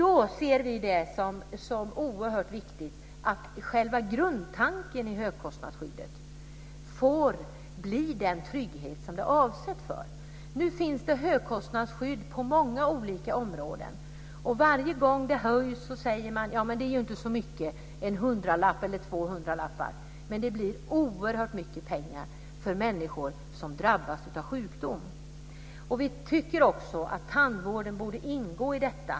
Vi ser det som oerhört viktigt att själva grundtanken i högkostnadsskyddet får bli den trygghet som den är avsedd att vara. Nu finns det högkostnadsskydd på många olika områden. Varje gång det höjs säger man att det inte är så mycket, en eller två hundralappar. Men det blir oerhört mycket pengar för människor som drabbas av sjukdom. Vi tycker också att tandvården borde ingå i detta.